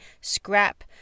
scrap